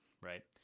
Right